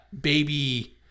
baby